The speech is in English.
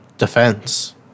Defense